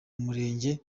murenge